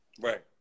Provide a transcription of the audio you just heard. Right